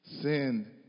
Sin